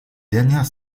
dernières